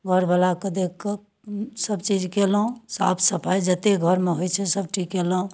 घरवलाके देखकऽ सबचीज कयलहुँ साफ सफाइ जते घरमे होइ छै सबटा कयलहुँ